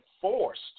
forced